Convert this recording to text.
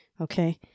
okay